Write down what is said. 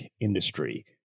industry